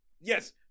yes